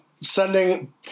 sending